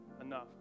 enough